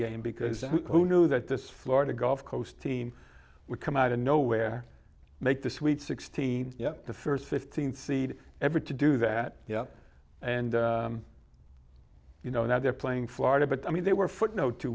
game because who knew that this florida gulf coast team would come out of nowhere make the sweet sixteen the first fifteen seed ever to do that and you know now they're playing florida but i mean they were footnote two